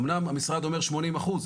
אמנם המשרד אומר שמונים אחוז,